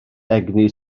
egni